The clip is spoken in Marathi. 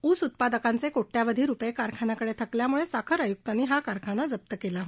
ऊस उत्पादकांचे कोट्यावधी रुपये कारखान्याकडे थकल्यामुळे साखर आयुक्तांनी हा कारखाना जप्त केला होता